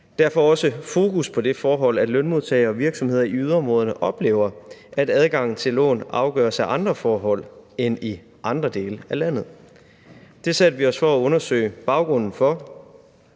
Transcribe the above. derfor også fokus på det forhold, at lønmodtagere og virksomheder i yderområderne oplever, at adgangen til lån afgøres af andre forhold, end den gør i andre dele af landet. Det satte vi os for at undersøge baggrunden for.